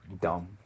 dumb